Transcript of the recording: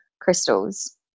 crystals